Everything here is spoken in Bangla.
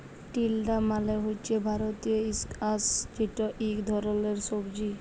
তিলডা মালে হছে ভারতীয় ইস্কয়াশ যেট ইক ধরলের সবজি